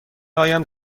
آیم